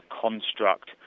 construct